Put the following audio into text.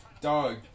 Dog